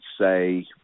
say